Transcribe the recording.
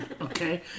Okay